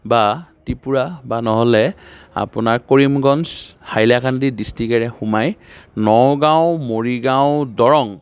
বা ত্ৰিপুৰা বা নহ'লে আপোনাৰ কৰিমগঞ্জ হাইলাকান্দি ডিষ্ট্ৰিকেৰে সোমাই নগাঁও মৰিগাঁও দৰং